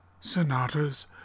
Sonatas